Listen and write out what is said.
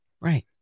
Right